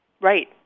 Right